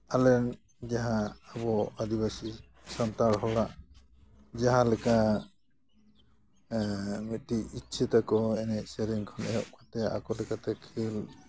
ᱟᱞᱨᱮᱱ ᱡᱟᱦᱟᱸ ᱟᱵᱚ ᱟᱹᱫᱤᱵᱟᱹᱥᱤ ᱥᱟᱱᱛᱟᱲ ᱦᱚᱲᱟᱜ ᱡᱟᱦᱟᱸᱞᱮᱠᱟ ᱢᱤᱫᱴᱮᱱ ᱤᱪᱪᱟᱹ ᱛᱟᱠᱚ ᱮᱱᱮᱡ ᱥᱮᱨᱮᱧ ᱠᱷᱚᱱ ᱮᱦᱚᱵ ᱠᱟᱛᱮ ᱟᱠᱚ ᱞᱮᱠᱟᱛᱮ ᱠᱷᱮᱹᱞ